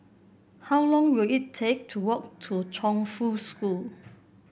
how long will it take to walk to Chongfu School